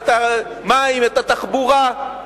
את המים ואת התחבורה.